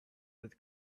with